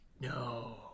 No